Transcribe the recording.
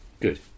good